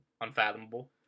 unfathomable